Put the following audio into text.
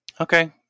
Okay